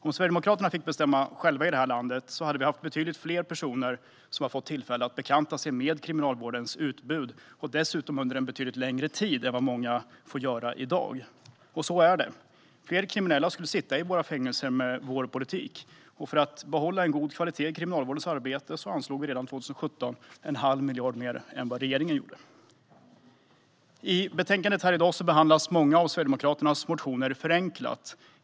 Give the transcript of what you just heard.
Om Sverigedemokraterna fick bestämma själva i det här landet hade betydligt fler personer fått tillfälle att bekanta sig med kriminalvårdens utbud och dessutom under en betydligt längre tid än vad många får göra i dag. Och så är det, att fler kriminella skulle sitta i våra fängelser med vår politik. För att behålla en god kvalitet i Kriminalvårdens arbete anslog vi redan för 2017 en halv miljard mer än vad regeringen gjorde. I betänkandet här i dag behandlas många av Sverigedemokraternas motioner förenklat.